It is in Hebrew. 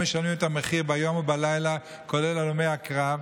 הם משלמים את המחיר ביום ובלילה, כולל הלומי הקרב.